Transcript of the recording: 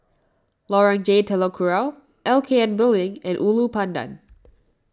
Lorong J Telok Kurau L K N Building and Ulu Pandan